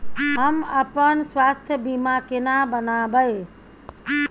हम अपन स्वास्थ बीमा केना बनाबै?